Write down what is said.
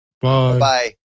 bye